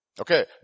Okay